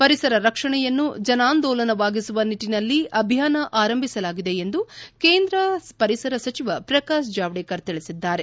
ಪರಿಸರ ರಕ್ಷಣೆಯನ್ನು ಜನಾಂಧೋಲನವಾಗಿಸುವ ನಿಟ್ಟನಲ್ಲಿ ಅಭಿಯಾನ ಆರಂಭಿಸಲಾಗಿದೆ ಎಂದು ಕೇಂದ್ರ ಪರಿಸರ ಸಚಿವ ಪ್ರಕಾಶ್ ಜಾವಡೇಕರ್ ತಿಳಿಸಿದ್ದಾರೆ